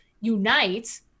unite